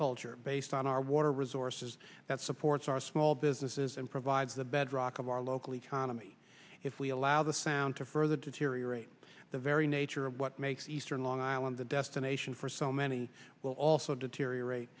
culture based on our water resources that supports our small businesses and provides the bedrock of our local economy if we allow the sound to further deteriorate the very nature of what makes eastern long island the destination for so many will also deteriorate